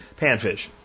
Panfish